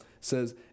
says